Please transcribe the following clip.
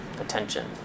Attention